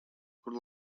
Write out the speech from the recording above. kur